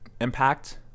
impact